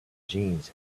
jeans